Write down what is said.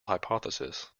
hypothesis